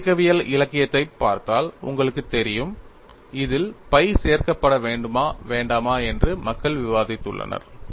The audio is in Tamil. முறிவு இயக்கவியல் இலக்கியத்தைப் பார்த்தால் உங்களுக்குத் தெரியும் இதில் pi சேர்க்கப்பட வேண்டுமா வேண்டாமா என்று மக்கள் விவாதித்துள்ளனர்